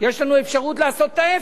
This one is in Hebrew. יש לנו אפשרות לעשות את ההיפך.